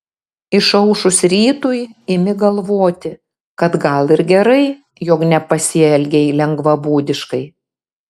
išaušus rytui imi galvoti kad gal ir gerai jog nepasielgei lengvabūdiškai